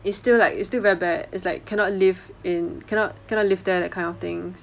is still like it's still very bad it's like cannot live in cannot cannot live there that kind of things